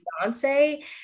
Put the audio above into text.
fiance